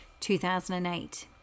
2008